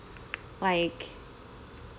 like